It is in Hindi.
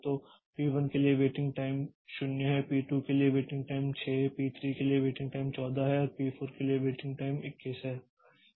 तो पी1 के लिए एक वेटिंग टाइम 0 है पी2 के लिए वेटिंग टाइम 6 है पी3 के लिए वेटिंग टाइम 14 है और पी4 के लिए वेटिंग टाइम 21 है